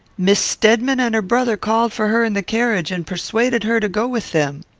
miss stedman and her brother called for her in the carriage, and persuaded her to go with them.